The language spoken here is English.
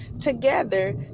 together